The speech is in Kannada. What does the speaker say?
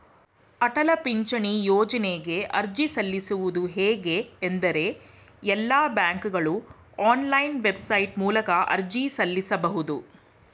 ಅಟಲ ಪಿಂಚಣಿ ಯೋಜ್ನಗೆ ಅರ್ಜಿ ಸಲ್ಲಿಸುವುದು ಹೇಗೆ ಎಂದ್ರೇ ಎಲ್ಲಾ ಬ್ಯಾಂಕ್ಗಳು ಆನ್ಲೈನ್ ವೆಬ್ಸೈಟ್ ಮೂಲಕ ಅರ್ಜಿ ಸಲ್ಲಿಸಬಹುದು